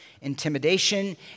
intimidation